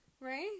Right